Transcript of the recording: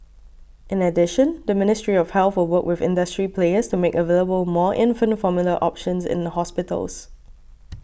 in addition the Ministry of Health will work with industry players to make available more infant formula options in a hospitals